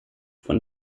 von